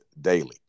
daily